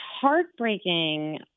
heartbreaking